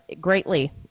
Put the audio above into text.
greatly